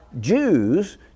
Jews